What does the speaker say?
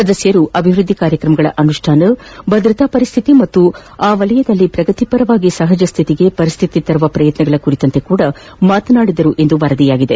ಸದಸ್ಯರು ಅಭಿವೃದ್ದಿ ಕಾರ್ಯಕ್ರಮಗಳ ಅನುಷ್ಠಾನ ಭದ್ರತಾ ಪರಿಚ್ಚಿತಿ ಮತ್ತು ವಲಯದಲ್ಲಿ ಪ್ರಗತಿಪರವಾಗಿ ಸಹಜಸ್ಥಿತಿಗೆ ಪರಿಸ್ಥಿತಿ ತರುವ ಪ್ರಯತ್ನಗಳ ಕುರಿತಂತೆಯೂ ಮಾತನಾಡಿದರು ಎಂದು ವರದಿಯಾಗಿದೆ